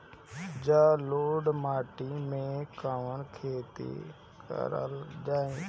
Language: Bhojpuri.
जलोढ़ माटी में कवन खेती करल जाई?